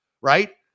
right